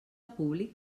públic